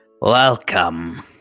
Welcome